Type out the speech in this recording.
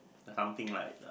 something like